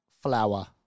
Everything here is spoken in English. Flower